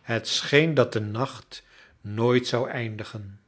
het scheen dat de nacht nooit zou eindigen